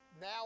Now